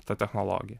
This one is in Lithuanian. ta technologija